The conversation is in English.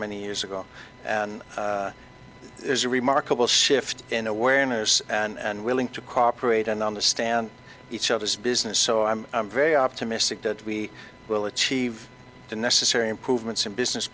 many years ago and there's a remarkable shift in awareness and willing to cooperate and on the stand each other's business so i'm very optimistic that we will achieve the necessary improvements in business